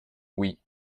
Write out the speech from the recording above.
oui